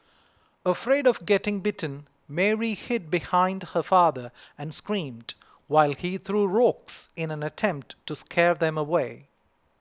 afraid of getting bitten Mary hid behind her father and screamed while he threw rocks in an attempt to scare them away